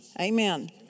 Amen